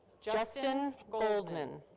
justin goldman.